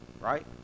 right